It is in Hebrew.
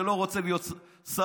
שלא רוצה להיות שר,